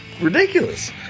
ridiculous